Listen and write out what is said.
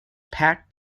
packed